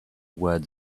words